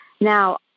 Now